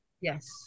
Yes